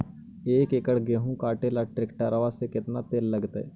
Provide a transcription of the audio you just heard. एक एकड़ गेहूं काटे में टरेकटर से केतना तेल लगतइ?